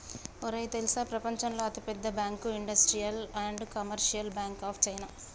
ఒరేయ్ తెల్సా ప్రపంచంలో అతి పెద్ద bank Industrial and Commercial Bank of China